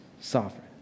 sovereign